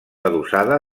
adossada